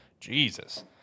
Jesus